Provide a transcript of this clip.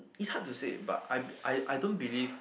it's hard to say but I I I don't believe